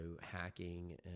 hacking